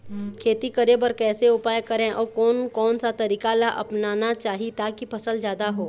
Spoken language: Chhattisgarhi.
खेती करें बर कैसे उपाय करें अउ कोन कौन सा तरीका ला अपनाना चाही ताकि फसल जादा हो?